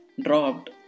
dropped